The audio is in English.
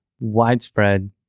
widespread